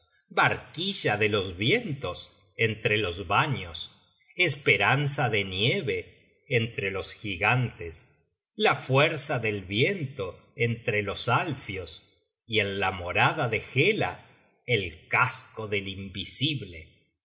barquilla de los vientos entre los vanios esperanza de nieve entre los gigantes la fuerza del viento entre los alfios y en la morada de hela el casco del invisible